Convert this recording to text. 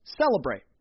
celebrate